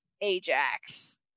Ajax